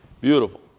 beautiful